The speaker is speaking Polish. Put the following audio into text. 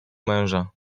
męża